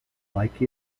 like